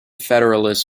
federalists